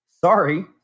Sorry